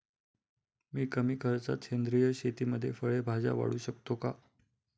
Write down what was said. मी कमी खर्चात सेंद्रिय शेतीमध्ये फळे भाज्या वाढवू शकतो का?